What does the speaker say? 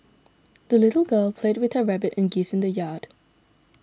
the little girl played with her rabbit and geese in the yard